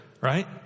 right